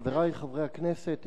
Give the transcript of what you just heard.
חברי חברי הכנסת,